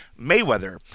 Mayweather